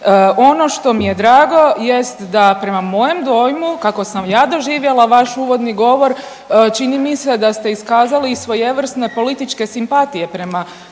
Ono što mi je drago jest da prema mojem dojmu, kako sam ja doživjela vaš uvodni govor, čini mi se da ste iskazali svojevrsne političke simpatije prema